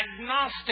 agnostic